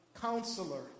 Counselor